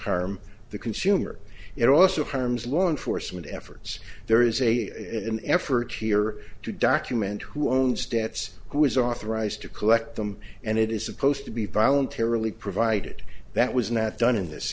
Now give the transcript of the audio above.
harm the consumer it also harms law enforcement efforts there is a effort here to document who owns stats who is authorized to collect them and it is supposed to be violent terribly provided that was not done in this